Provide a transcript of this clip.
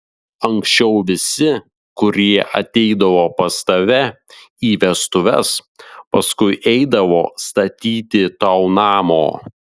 anksčiau visi kurie ateidavo pas tave į vestuves paskui eidavo statyti tau namo